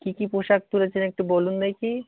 কী কী পোশাক তুলেছেন একটু বলুন দেখি